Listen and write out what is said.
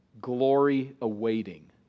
glory-awaiting